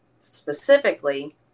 specifically